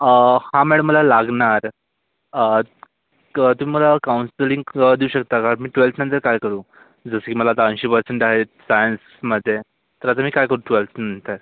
हा मॅडम मला लागणार तुम्ही मला काउंसलिंग देऊ शकता का मी ट्वेल्थनंतर काय करू जसे की मला आता ऐंशी पर्सेंट आहेत सायन्समध्ये तर आता मी काय करू ट्वेल्थनंतर